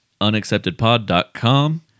unacceptedpod.com